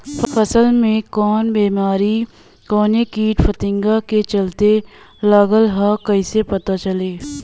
फसल में कवन बेमारी कवने कीट फतिंगा के चलते लगल ह कइसे पता चली?